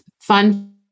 fun